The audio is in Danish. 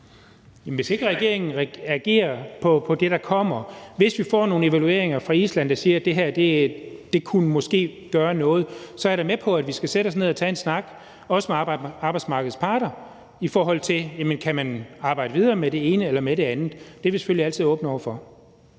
Hvis ikke regeringen agerer på det, der kommer, og hvis vi får nogle evalueringer fra Island, der siger, at det her måske kunne gøre noget, så er jeg da med på, at vi skal sætte os ned og tage en snak, også med arbejdsmarkedets parter, i forhold til om man kan arbejde videre med det ene eller med det andet. Det er vi selvfølgelig altid åbne over for.